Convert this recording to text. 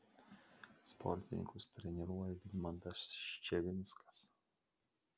sportininkus treniruoja vidmantas ščevinskas